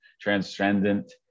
transcendent